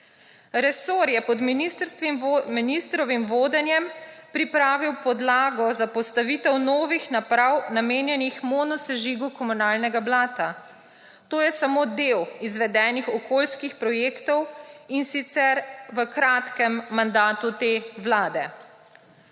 Resor je pod ministrovim vodenjem pripravil podlago za postavitev novih naprav, namenjenih monogsežigu komunalnega blata. To je samo del izvedenih okoljskih projektov, in sicer v kratkem mandatu te vlade.